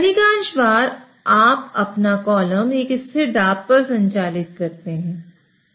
अधिकांश बार आप अपना कॉलम एक स्थिर दाब पर संचालित करते हैं